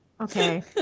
Okay